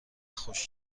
خوش